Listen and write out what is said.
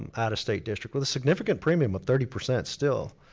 um out-of-state district, with a significant premium of thirty percent still,